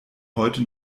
heute